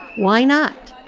why not?